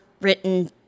written